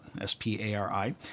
S-P-A-R-I